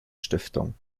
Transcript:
stiftung